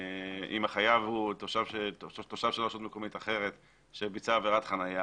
אם החייב הוא תושב של רשות מקומית אחרת שביצע עבירת חניה